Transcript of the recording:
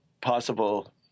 possible